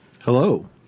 Hello